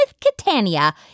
Catania